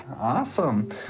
Awesome